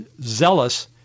zealous